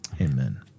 Amen